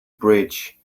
bridge